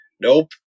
Nope